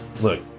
Look